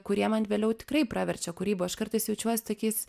kurie man vėliau tikrai praverčia kūryboj aš kartais jaučiuos tokiais